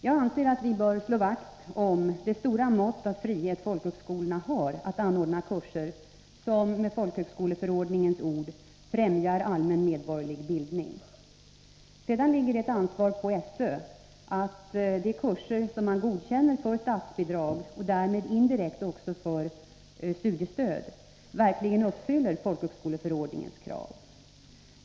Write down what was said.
Jag anser att vi bör slå vakt om det stora mått av frihet folkhögskolorna har att anordna kurser som, med folkhögskoleförordningens ord, ”främjar allmän medborgerlig bildning”. Sedan ligger det ett ansvar på SÖ att de kurser som man godkänner för statsbidrag och därmed indirekt också för studiestöd verkligen uppfyller folkhögskoleförordningens krav.